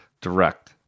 Direct